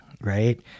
right